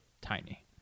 tiny